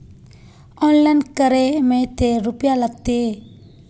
Online करे में ते रुपया लगते?